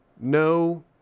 no